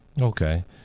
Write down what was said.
Okay